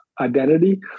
identity